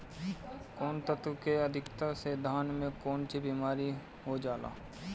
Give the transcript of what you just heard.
कौन तत्व के अधिकता से धान में कोनची बीमारी हो जाला?